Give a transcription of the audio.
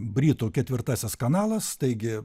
britų ketvirtasis kanalas taigi